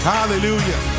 Hallelujah